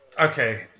okay